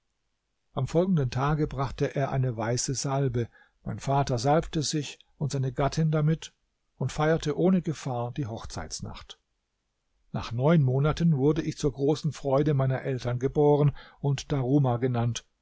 am folgenden tage brachte er eine weiße salbe mein vater salbte sich und seine gattin damit und feierte ohne gefahr die hochzeitsnacht nach neun monaten wurde ich zur großen freude meiner eltern geboren und daruma genannt